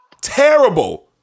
Terrible